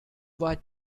what